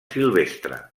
silvestre